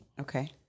Okay